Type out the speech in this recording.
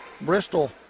Bristol